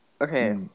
Okay